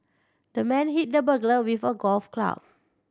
the man hit the burglar with a golf club